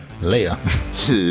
Later